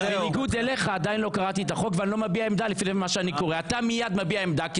בניגוד אליך עדיין לא קראתי את החוק ואני לא מביע עמדה לפני שאני קורא.